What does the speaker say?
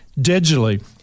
digitally